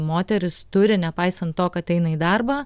moteris turi nepaisant to kad eina į darbą